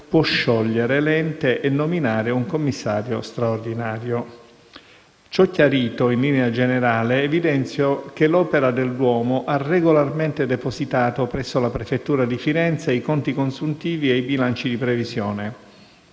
può sciogliere l'ente e nominare un commissario straordinario. Ciò chiarito in linea generale, evidenzio che l'Opera del Duomo ha regolarmente depositato presso la prefettura di Firenze i conti consuntivi e i bilanci di previsione.